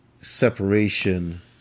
Separation